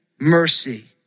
mercy